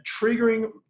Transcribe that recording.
triggering